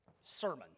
sermon